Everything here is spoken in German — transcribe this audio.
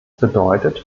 bedeutet